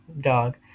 dog